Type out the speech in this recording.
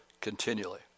continually